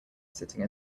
sitting